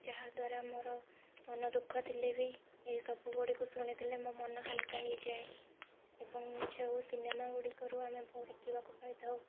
ଏହି ଯାହାଦ୍ୱାରା ମୋର ମନ ଦୁଃଖ ଥିଲେ ବି ଏହିସବୁ ଗୁଡ଼ିକୁ ଶୁଣିଦେଲେ ମୋ ମନ ହାଲୁକା ହୋଇଯାଏ ଏବଂ ଯୋଉ ସିନେମାଗୁଡ଼ିକରୁ ଆମେ ବହୁ ଶିଖିବାକୁ ପାଇଥାଉ